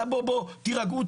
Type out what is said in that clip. תירגעו,